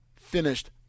finished